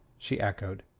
she echoed.